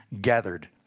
gathered